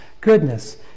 goodness